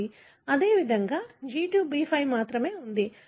అదేవిధంగా G2 B5 లో మాత్రమే ఉంది